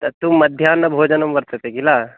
तत्तु मध्याह्नभोजनं वर्तते खिल